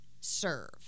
serve